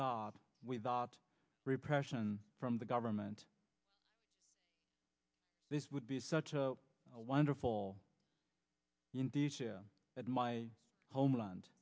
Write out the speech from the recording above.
god with repression from the government this would be such a wonderful that my homeland